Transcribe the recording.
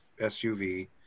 SUV